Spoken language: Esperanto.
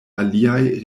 aliaj